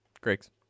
Greg's